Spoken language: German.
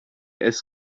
gps